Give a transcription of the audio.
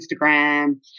instagram